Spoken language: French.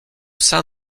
sein